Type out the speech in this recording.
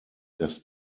dass